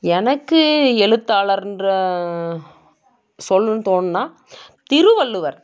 எனக்கு எழுத்தாளர்கிற சொல்லணும்ன்னு தோணும்ன்னா திருவள்ளுவர்